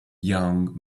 young